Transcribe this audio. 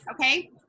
Okay